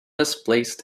misplaced